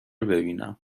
ببینم